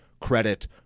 credit